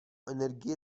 energie